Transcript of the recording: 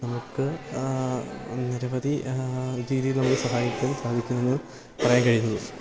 നമുക്ക് നിരവധി രീതിയിൽ നമ്മള് സഹായിക്കാൻ സാധിക്കുമെന്ന് പറയാന് കഴിയുന്നതും